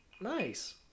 Nice